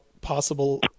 possible